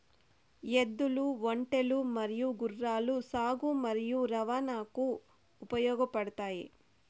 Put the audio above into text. ఎద్దులు, ఒంటెలు మరియు గుర్రాలు సాగు మరియు రవాణాకు ఉపయోగపడుతాయి